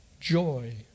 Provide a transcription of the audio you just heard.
joy